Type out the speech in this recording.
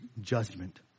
judgment